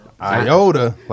Iota